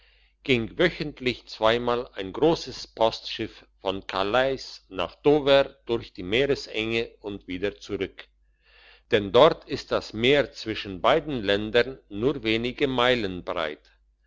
ging wöchentlich zweimal ein grosses postschiff von calais nach dover durch die meerenge und wieder zurück denn dort ist das meer zwischen beiden ländern nur wenige meilen breit